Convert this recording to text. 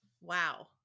Wow